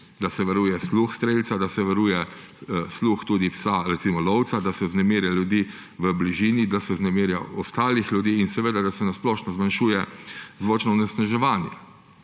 da se varuje sluh strelca, da se varuje sluh tudi psa, recimo lovca, da se vznemirja ljudi v bližini, da se vznemirja ostale ljudi in da se na splošno zmanjšuje zvočno onesnaževanje.